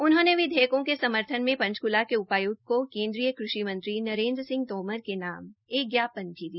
उन्होंने विधेयकों के समर्थन में पंचकूला के उपायुक्त को केन्द्रीय कृषि मंत्री नरेन्द्र सिंह तोमर के नाम एक ज्ञापन भी दिया